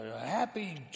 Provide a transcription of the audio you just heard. happy